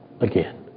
again